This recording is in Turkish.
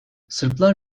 sırplar